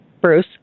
Bruce